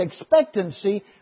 expectancy